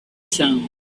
sound